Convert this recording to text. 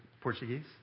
Portuguese